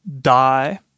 die